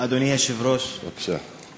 אדוני היושב-ראש, בבקשה.